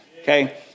okay